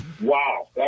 Wow